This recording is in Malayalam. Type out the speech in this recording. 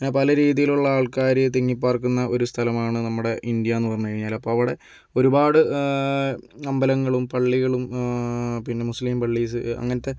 അങ്ങനെ പല രീതിയിലുള്ള ആൾക്കാർ തിങ്ങി പാർക്കുന്ന ഒരു സ്ഥലമാണ് നമ്മുടെ ഇന്ത്യ എന്ന് പറഞ്ഞു കഴിഞ്ഞാൽ അപ്പോൾ അവിടെ ഒരുപാട് അമ്പലങ്ങളും പള്ളികളും പിന്നെ മുസ്ലിം പള്ളീസ് അങ്ങനത്തെ